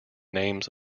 names